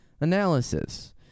analysis